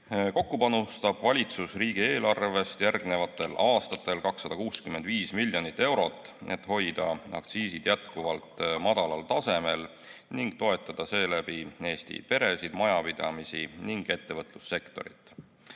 Kokku panustab valitsus riigieelarvest järgnevatel aastatel 265 miljonit eurot, et hoida aktsiisid jätkuvalt madalal tasemel ning toetada seeläbi Eesti peresid, majapidamisi ning ettevõtlussektorit. Hinnatõusu